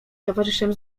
towarzyszem